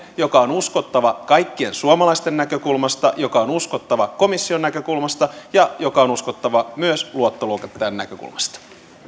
joka on uskottava kaikkien suomalaisten näkökulmasta joka on uskottava komission näkökulmasta ja joka on uskottava myös luottoluokittajan näkökulmasta